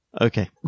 okay